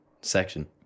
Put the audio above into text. section